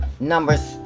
numbers